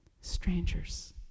strangers